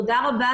תודה רבה.